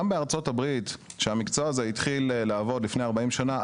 גם בארצות הברית כאשר המקצוע הזה התחיל לעבוד לפני 40 שנה,